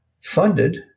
funded